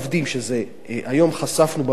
היום חשפנו בוועדה,